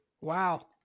wow